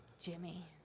Jimmy